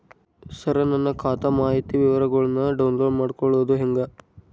ಸರ ನನ್ನ ಖಾತಾ ಮಾಹಿತಿ ವಿವರಗೊಳ್ನ, ಡೌನ್ಲೋಡ್ ಮಾಡ್ಕೊಳೋದು ಹೆಂಗ?